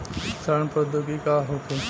सड़न प्रधौगिकी का होखे?